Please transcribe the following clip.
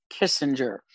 Kissinger